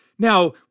Now